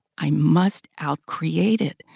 i must out-create it.